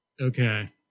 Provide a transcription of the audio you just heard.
Okay